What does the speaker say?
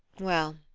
well,